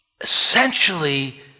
essentially